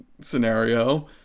scenario